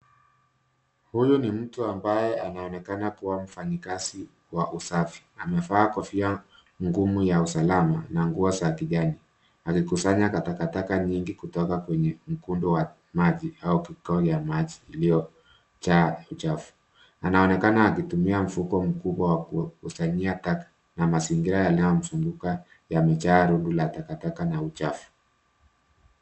Huyo ni mtu ambaye anaonekana kuwa mfanyakazi wa usafi. Amevaa kofia ngumu ya usalama na glavu za mikononi. Anakusanya takataka nyingi kutoka kwenye mkondo wa maji ya kikawaida yaliyosheheni uchafu. Anaonekana akitumia mfuko mkubwa kukusanyia masalia na mabaki ya taka na uchafu.